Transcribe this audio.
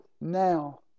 now